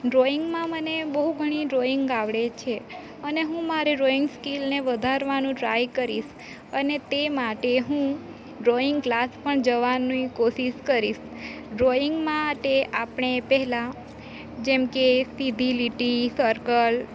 ડ્રોઈંગમાં મને બહુ ઘણી ડ્રોઈંગ આવડે છે અને હું મારી ડ્રોઈંગ સ્કિલને વધારવાનો ટ્રાય કરીશ અને તે માટે હું ડ્રોઈંગ ક્લાસ પણ જવાની કોશિશ કરીશ ડ્રોઈંગ માટે આપણે પહેલા જેમ કે સીધી લીટી સર્કલ